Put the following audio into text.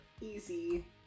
easy